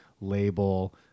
label